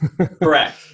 Correct